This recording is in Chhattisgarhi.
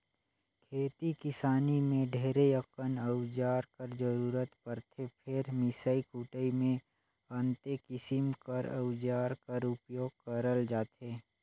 खेती किसानी मे ढेरे अकन अउजार कर जरूरत परथे फेर मिसई कुटई मे अन्ते किसिम कर अउजार कर उपियोग करल जाथे